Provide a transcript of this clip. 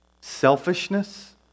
Selfishness